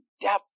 depth